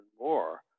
more